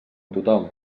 tothom